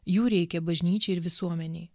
jų reikia bažnyčiai ir visuomenei